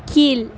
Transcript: கீழ்